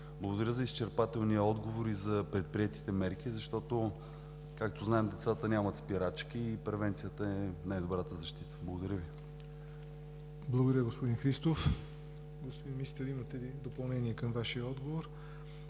Благодаря за изчерпателния отговор и за предприетите мерки, защото, както знаем, децата нямат спирачки и превенцията е най-добрата защита. Благодаря Ви. ПРЕДСЕДАТЕЛ ЯВОР НОТЕВ: Благодаря, господин Христов. Господин Министър, имате ли допълнение към отговора